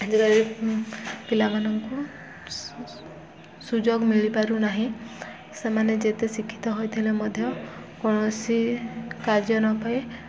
ଆଜିକାଲି ପିଲାମାନଙ୍କୁ ସୁଯୋଗ ମିଳିପାରୁନାହିଁ ସେମାନେ ଯେତେ ଶିକ୍ଷିତ ହୋଇଥିଲେ ମଧ୍ୟ କୌଣସି କାର୍ଯ୍ୟ ନ ପାଇ